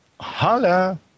Holla